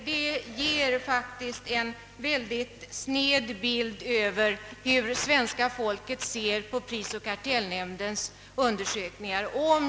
Det ger en mycket sned bild av hur svenska folket ser på prisoch kartellnämndens undersökningar.